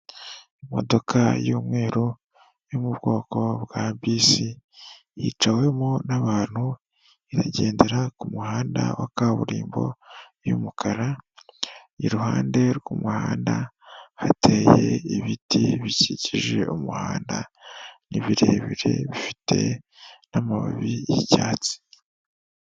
Imodoka y'umweru yo mu bwoko bwa bisi yicawemo n'abantu iragendera k'umuhanda wa kaburimbo y'umukara iruhande rw'umuhanda hateye ibiti bikikije umuhanda ni birebire bifite n'amababi y'icyatsi.